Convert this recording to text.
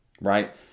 Right